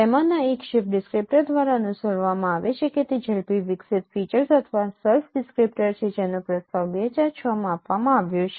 તેમાંના એક SIFT descriptor દ્વારા અનુસરવામાં આવે છે તે ઝડપી વિકસિત ફીચર્સ અથવા SURF ડિસ્ક્રીપ્ટર છે જેનો પ્રસ્તાવ 2006 માં આપવામાં આવ્યો છે